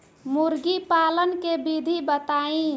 मुर्गी पालन के विधि बताई?